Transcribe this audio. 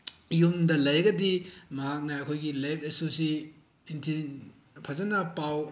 ꯌꯨꯝꯗ ꯂꯩꯔꯒꯗꯤ ꯃꯍꯥꯛꯅ ꯑꯩꯈꯣꯏꯒꯤ ꯂꯥꯏꯔꯤꯛ ꯂꯥꯏꯁꯨꯁꯤ ꯐꯖꯅ ꯄꯥꯎ